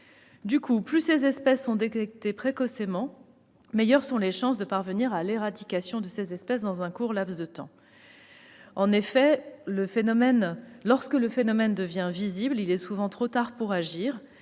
Du coup, plus ces espèces sont détectées précocement, meilleures sont les chances de parvenir à leur éradication dans un court laps de temps. En effet, lorsque le phénomène devient visible, il est souvent trop tard pour agir,